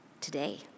today